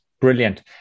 brilliant